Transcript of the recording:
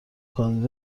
کاندید